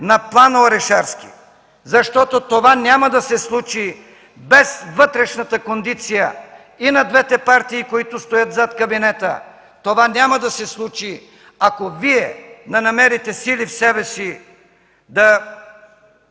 на Плана Орешарски, защото това няма да се случи без вътрешната кондиция и на двете партии, които стоят зад кабинета! Това няма да се случи, ако Вие не намерите сили в себе си да